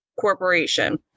corporation